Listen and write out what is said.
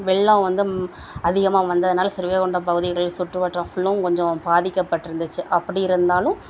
வெள்ளம் வந்து அதிகமாக வந்ததினால ஸ்ரீவைகுண்டம் பகுதிகள் சுற்றுவட்டம் ஃபுல்லும் கொஞ்சம் பாதிக்கப்பட்டுருந்துச்சு அப்படி இருந்தாலும்